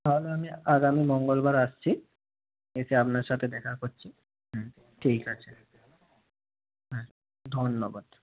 তাহলে আমি আগামী মঙ্গলবার আসছি এসে আপনার সাথে দেখা করছি হুম ঠিক আছে হুম ধন্যবাদ